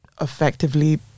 effectively